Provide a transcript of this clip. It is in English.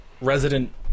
resident